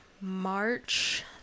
march